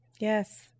Yes